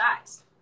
eyes